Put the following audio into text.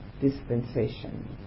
dispensation